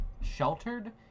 sheltered